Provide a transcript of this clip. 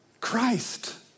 Christ